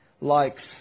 likes